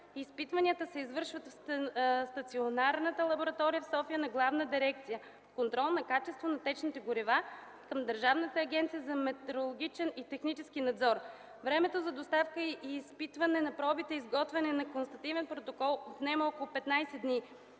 изпитванията се извършват в стационарната лаборатория в София на Главна дирекция „Контрол на качеството на течните горива” към Държавната агенция за метрологичен и технически надзор. Времето за доставка и изпитване на пробите и изготвяне на констативен протокол отнема около 15 дни.